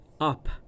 up